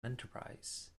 enterprise